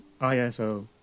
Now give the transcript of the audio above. ISO